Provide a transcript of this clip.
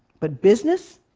but business?